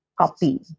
copy